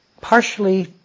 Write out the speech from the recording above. partially